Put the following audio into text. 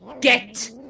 Get